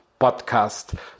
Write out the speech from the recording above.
podcast